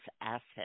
assets